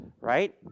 right